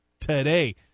today